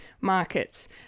markets